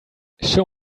show